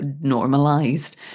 normalized